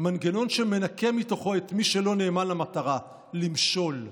מנגנון שמנקה מתוכו את מי שלא נאמן למטרה, למשול.